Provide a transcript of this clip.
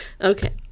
Okay